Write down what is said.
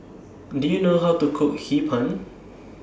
Do YOU know How to Cook Hee Pan